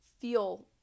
feel